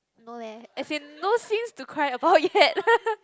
no leh as in no scenes to cry about yet